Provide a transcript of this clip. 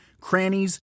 crannies